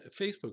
Facebook